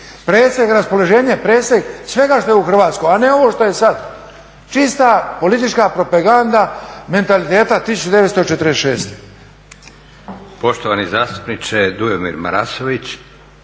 presjek raspoloženja, presjek svega što je u Hrvatskoj, a ne ovo što je sada, čista politička propaganda mentaliteta 1946. **Leko, Josip (SDP)** Poštovani zastupniče Dujomir Marasović,